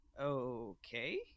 okay